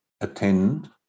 attend